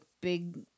big